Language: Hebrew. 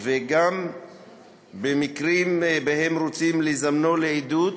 גם במקרים שבהם רוצים לזמנו לעדות